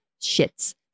shits